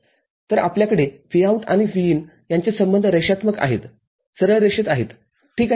तरआपल्याकडे Vout आणि Vin यांचे संबंध रेषात्मक आहेत सरळ रेषेत ठीक आहे